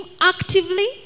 actively